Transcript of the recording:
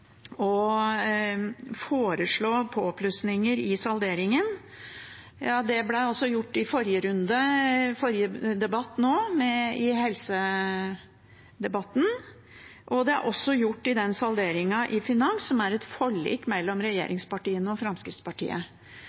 å foreslå påplussinger i salderingen. Det ble altså gjort i forrige runde, i forrige debatt nå, i helsedebatten, og det er også gjort i den salderingen i finans som er et forlik mellom regjeringspartiene og Fremskrittspartiet.